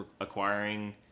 acquiring